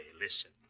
Listen